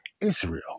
Israel